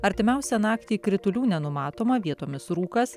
artimiausią naktį kritulių nenumatoma vietomis rūkas